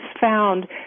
found